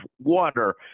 water